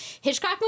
Hitchcock